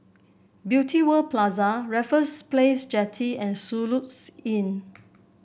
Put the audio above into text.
Beauty World Plaza Raffles Place Jetty and Soluxe Inn